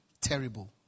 terrible